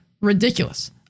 ridiculous